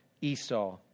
Esau